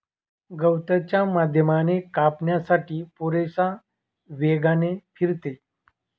गवताच्या माध्यमाने कापण्यासाठी पुरेशा वेगाने फिरते